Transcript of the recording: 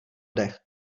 dech